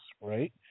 right